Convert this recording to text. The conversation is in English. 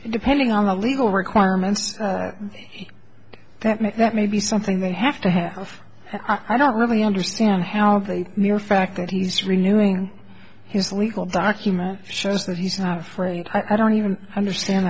depending on the legal requirements that make that may be something they have to have i don't really understand how the mere fact that he's renewing his legal document shows that he's not afraid i don't even understand